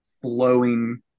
flowing